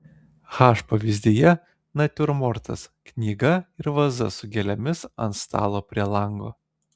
h pavyzdyje natiurmortas knyga ir vaza su gėlėmis ant stalo prie lango